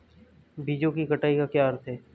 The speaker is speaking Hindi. बीजों की कटाई का क्या अर्थ है?